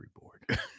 board